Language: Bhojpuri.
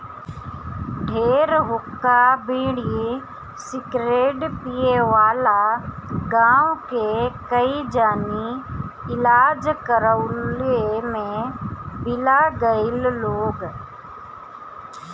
ढेर हुक्का, बीड़ी, सिगरेट पिए वाला गांव के कई जानी इलाज करवइला में बिला गईल लोग